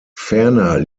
ferner